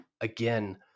again